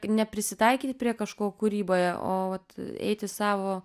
ne prisitaikyti prie kažko kūryboje o vat eiti savo